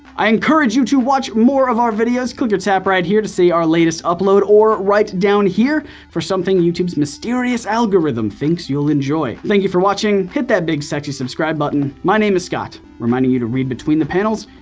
i encourage you to watch more of our videos. click or tap right here to see our latest upload, or right down here for something youtube's mysterious algorithm thinks you'll enjoy. thank you for watching. hit that big sexy subscribe button. my name is scott, reminding you to read between the panels,